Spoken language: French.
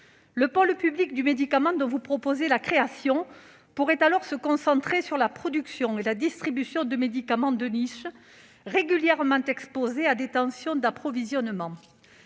Le pôle public du médicament dont vous proposez la création pourrait alors se concentrer sur la production et la distribution de médicaments « de niche », régulièrement exposés à des tensions d'approvisionnement.